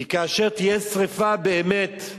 כי כאשר תהיה שרפה באמת,